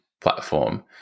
platform